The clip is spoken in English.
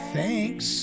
Thanks